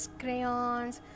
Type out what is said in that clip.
crayons